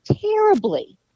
terribly